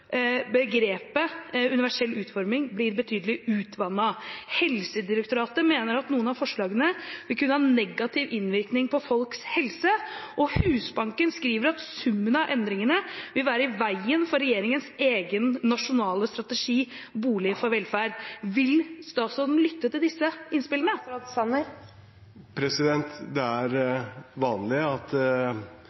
begrepet «universell utforming» blir betydelig utvannet, Helsedirektoratet mener at noen av forslagene «vil kunne ha negativ innvirkning på folks helse», og Husbanken skriver at summen av endringene vil være i veien for regjeringens egen nasjonale strategi, Bolig for velferd. Vil statsråden lytte til disse innspillene? Det er vanlig at